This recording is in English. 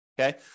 okay